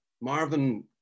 Marvin